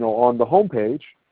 on the home page,